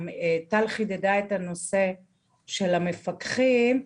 טל חידדה את הנושא של המפקחים.